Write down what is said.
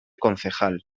concejal